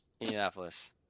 Indianapolis